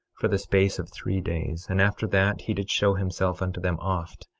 for the space of three days and after that he did show himself unto them oft,